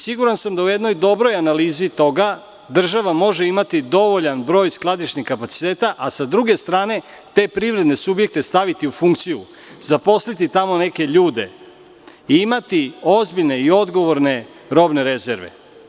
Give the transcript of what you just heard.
Siguran sam da u jednoj dobroj analizi toga država može imati dovoljan broj skladišnih kapaciteta, a sa druge strane te privredne subjekte staviti u funkciju, zaposliti tamo neke ljude i imati ozbiljne i odgovorne robne rezerve.